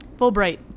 Fulbright